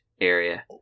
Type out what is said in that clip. area